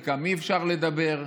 על חלקם אי-אפשר לדבר.